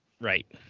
right